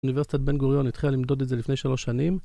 אוניברסיטת בן גוריון התחילה למדוד את זה לפני שלוש שנים